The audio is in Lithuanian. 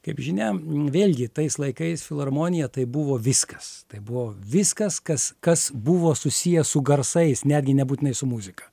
kaip žinia vėlgi tais laikais filharmonija tai buvo viskas tai buvo viskas kas kas buvo susiję su garsais netgi nebūtinai su muzika